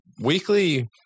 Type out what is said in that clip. weekly